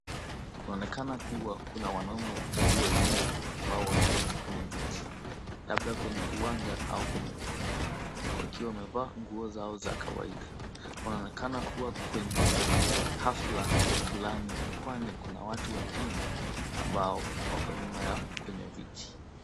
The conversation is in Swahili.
Waonekana kuwa kuna wanaume watatu wazima ambao wameketi kwenye viti, labda kwenye uwanja au kwenye ukumbi, wakiwa wamevaa nguo zao za kawaida. Wanaonekana kuwa kwenye hafla fulani kwani kuna watu wengine ambao wako nyuma yao kwenye viti.